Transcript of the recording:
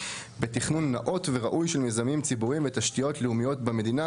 בתכנון נאות וראוי של מיזמים ציבוריים ותשתיות המדינה.